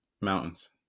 Mountains